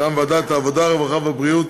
מטעם ועדת העבודה, הרווחה והבריאות: